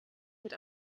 wird